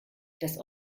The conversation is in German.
das